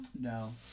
No